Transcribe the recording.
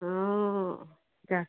হুম যাক